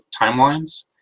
timelines